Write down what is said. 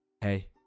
Hey